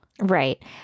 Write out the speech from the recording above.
Right